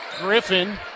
Griffin